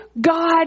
God